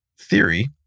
theory